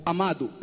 Amado